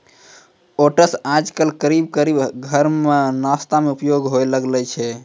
oats आजकल करीब करीब हर घर मॅ नाश्ता मॅ उपयोग होय लागलो छै